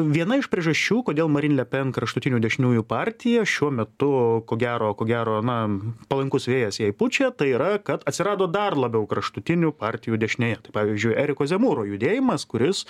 viena iš priežasčių kodėl marin le pen kraštutinių dešiniųjų partija šiuo metu ko gero ko gero na palankus vėjas jai pučia tai yra kad atsirado dar labiau kraštutinių partijų dešinėje tai pavyzdžiui eriko zemūro judėjimas kuris